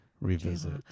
revisit